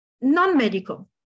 non-medical